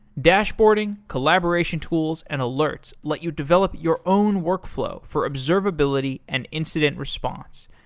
dashboarding, collaboration tools, and alerts let you develop your own workflow for observability and incident response.